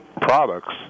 products